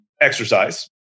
exercise